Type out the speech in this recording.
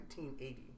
1980